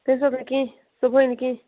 تٔمۍ ساتہٕ نہٕ کیٚنہہ صُبحٲے نہٕ کیٚنہہ